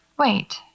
Wait